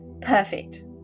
Perfect